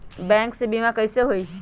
Bank से बिमा कईसे होई?